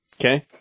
okay